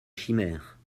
chimère